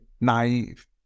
naive